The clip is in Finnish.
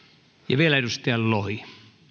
ja vielä edustaja lohi